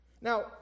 Now